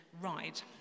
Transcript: ride